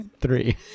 three